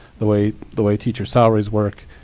the way the way teacher salaries work.